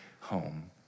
home